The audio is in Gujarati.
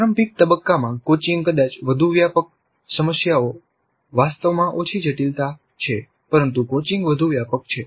પ્રારંભિક તબક્કામાં કોચિંગ કદાચ વધુ વ્યાપક સમસ્યાઓ વાસ્તવમાં ઓછી જટિલતા છે પરંતુ કોચિંગ વધુ વ્યાપક છે